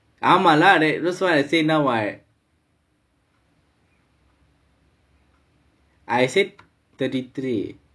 ஆமா:ammaa lah that's what I said now what I said thirty three